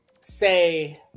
say